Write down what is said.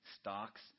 stocks